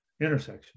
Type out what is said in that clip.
intersection